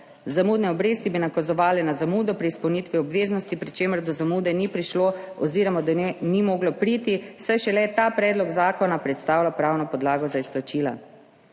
Zamudne obresti bi nakazovale na zamudo pri izpolnitvi obveznosti, pri čemer do zamude ni prišlo oziroma do nje ni moglo priti, saj šele ta predlog zakona predstavlja pravno podlago za izplačila.